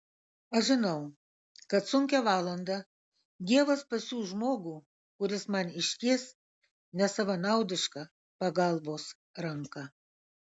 aš žinau kad sunkią valandą dievas pasiųs žmogų kuris man išties nesavanaudišką pagalbos ranką